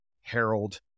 Harold